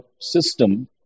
system